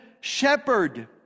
shepherd